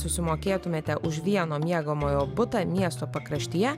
susimokėtumėte už vieno miegamojo butą miesto pakraštyje